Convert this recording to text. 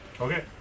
Okay